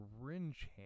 syringe